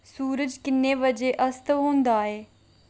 सूरज किन्ने बजे अस्त होंदा ऐ